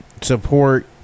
support